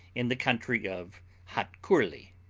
in the country of hotcurly